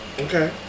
okay